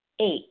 eight